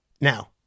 Now